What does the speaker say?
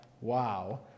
wow